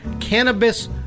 Cannabis